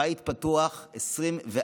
הבית פתוח 24/7